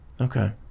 okay